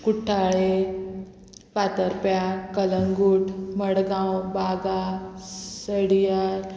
कुठ्ठाळे फातोरप्या कलंगूट मडगांव बागा सड्यार